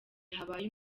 habaye